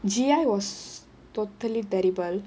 G_I was totally terrible